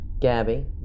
Gabby